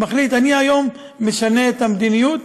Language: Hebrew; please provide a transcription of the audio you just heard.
ומחליט: אני היום משנה את המדיניות.